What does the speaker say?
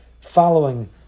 following